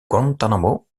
guantánamo